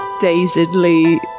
dazedly